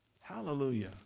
Hallelujah